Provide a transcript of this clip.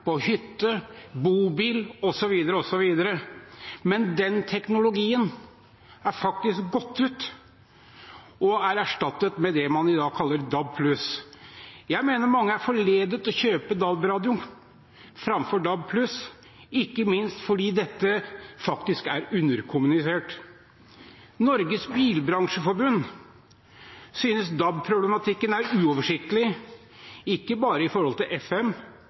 på hytta, i bobilen osv. Men den teknologien er faktisk gått ut og erstattet med det man i dag kaller DAB+. Jeg mener mange er blitt forledet til å kjøpe DAB-radio, framfor DAB+, ikke minst fordi dette er underkommunisert. Norges Bilbransjeforbund synes DAB-problematikken er uoversiktlig, ikke bare når det gjelder FM,